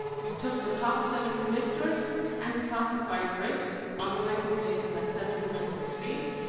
we took the top seven predictors and classified risk on the hyperplane in that seven-dimensional space,